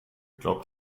glaubt